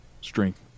strength